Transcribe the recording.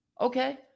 Okay